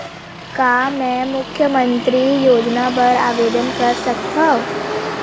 का मैं मुख्यमंतरी योजना बर आवेदन कर सकथव?